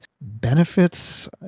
benefits